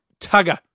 Tugger